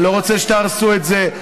אני לא רוצה שתהרסו את זה.